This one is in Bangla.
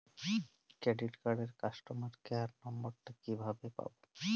ক্রেডিট কার্ডের কাস্টমার কেয়ার নম্বর টা কিভাবে পাবো?